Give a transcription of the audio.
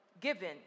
given